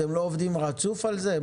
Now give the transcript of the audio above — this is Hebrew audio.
אתם לא עובדים רצוף על זה?